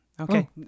Okay